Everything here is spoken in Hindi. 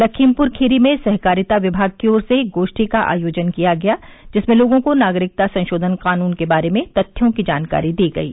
लखीमपुर खीरी में सहकारिता विभाग की ओर से एक गोष्ठी का आयोजन किया गया जिसमें लोगों को नागरिकता संशोधन कानून के बारे में तथ्यों की जानकारी दी गयी